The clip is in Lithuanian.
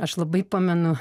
aš labai pamenu